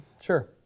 Sure